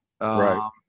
Right